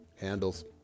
handles